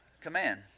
command